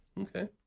okay